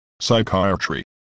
Psychiatry